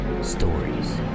stories